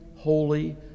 holy